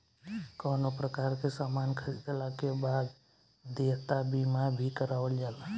कवनो प्रकार के सामान खरीदला के बाद देयता बीमा भी करावल जाला